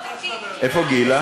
איפה גילה?